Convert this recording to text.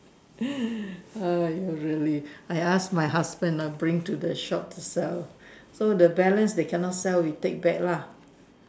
!aiyo! really I ask my husband lah bring to the shop to sell so the balance they can not sell we take back lah